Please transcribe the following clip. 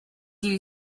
you